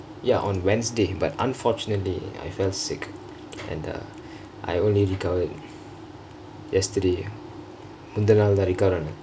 ya on wednesday but unfortunately I fell sick and uh I only recovered yesterday முன்தாநாள் தான்:mundhanaal thaan recover ஆனேன்:aanen